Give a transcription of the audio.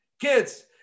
kids